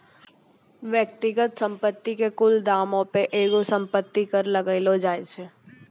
व्यक्तिगत संपत्ति के कुल दामो पे एगो संपत्ति कर लगैलो जाय छै